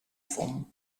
fum